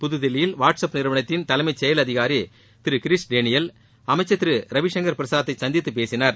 புத்தில்லியில் WhatsApp நிறுவனத்தின் தலைமைச்செயல் அதிகாரி திரு கிரிஷ் டேனியல் அமைச்சர் திரு ரவிசங்கர் பிரசாத்தை சந்தித்து பேசினார்